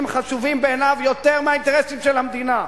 חשובים בעיניו יותר מהאינטרסים של המדינה.